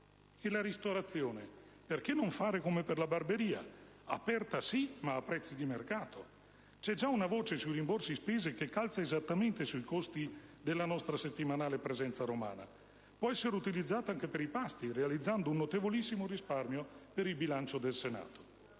della ristorazione. Perché non fare come per la barbieria? Aperta sì, ma a prezzi di mercato. C'è già una voce sui rimborsi spese che calza esattamente sui costi della nostra settimanale presenza romana. Può essere utilizzata anche per i pasti, realizzando un notevolissimo risparmio per il bilancio del Senato.